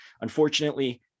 unfortunately